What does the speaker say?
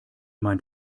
mein